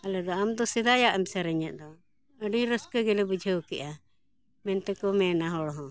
ᱟᱞᱮᱫᱚ ᱟᱢᱫᱚ ᱥᱮᱫᱟᱭᱟᱜ ᱮᱢ ᱥᱮᱨᱮᱧᱮᱜ ᱫᱚ ᱟᱹᱰᱤ ᱨᱟᱹᱥᱠᱟᱹ ᱜᱮᱞᱮ ᱵᱩᱡᱷᱟᱹᱣ ᱠᱮᱜᱼᱟ ᱢᱮᱱᱛᱮᱠᱚ ᱢᱮᱱᱟ ᱦᱚᱲ ᱦᱚᱸ